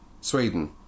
Sweden